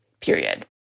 period